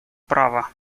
право